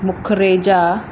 मुखरेजा